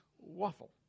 waffle